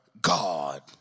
God